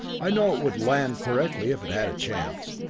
i know it would land correctly if it had a chance.